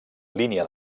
línia